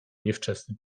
niewczesny